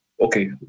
okay